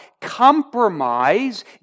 Compromise